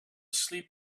sleep